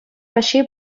раҫҫей